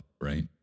Right